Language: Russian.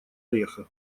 ореха